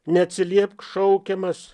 neatsiliepk šaukiamas